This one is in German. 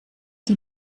die